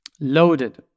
loaded